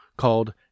called